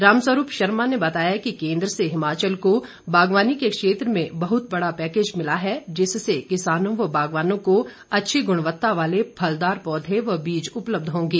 रामस्वरूप शर्मा ने बताया कि केंद्र से हिमाचल को बागवानी के क्षेत्र में बहुत बड़ा पैकेज मिला है जिससे किसानों व बागवानों को अच्छी गुणवत्ता वाले फलदार पौधे व बीज उपलब्ध होंगे